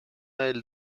del